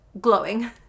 glowing